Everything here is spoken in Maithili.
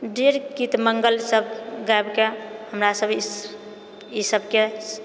ढेर गीत मङ्गल सभ गाबि कऽ हमरा सभ ई सभकेँ